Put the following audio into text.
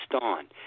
on